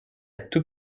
tout